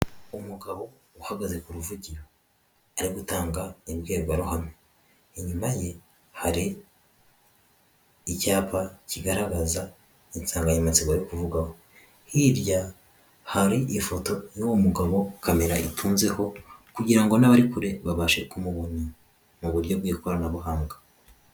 Umugabo uhagaze ku ruvugiro ari gutanga imbwirwaruhame, inyuma ye hari icyapa kigaragaza insanganyamatsiko ari kuvugaho, hirya hari ifoto y'uwo mugabo kamera itunzeho kugira ngo n'abari kure babashe kumubona mu buryo bw'ikoranabuhanga.